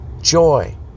joy